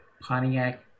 Pontiac